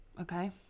Okay